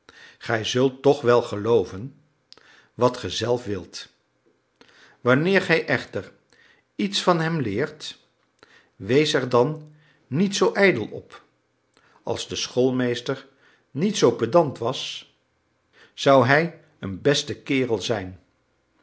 gij zult toch wel gelooven wat ge zelf wilt wanneer gij echter iets van hem leert wees er dan niet zoo ijdel op als de schoolmeester niet zoo pedant was zou hij een beste kerel zijn